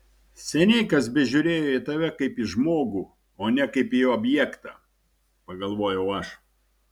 seniai kas bežiūrėjo į tave kaip į žmogų o ne kaip į objektą pagalvojau aš